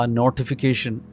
notification